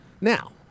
Now